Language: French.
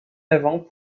avant